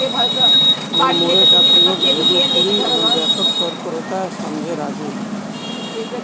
मुरमुरे का प्रयोग भेलपुरी में व्यापक तौर पर होता है समझे राजू